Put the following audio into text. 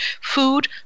food